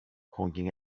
honking